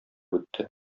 үтте